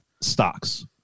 stocks